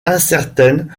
incertaine